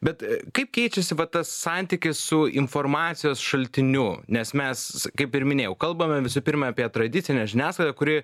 bet kaip keičiasi va tas santykis su informacijos šaltiniu nes mes kaip ir minėjau kalbame visų pirma apie tradicinę žiniasklaidą kuri